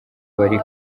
bari